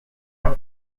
aya